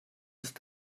ist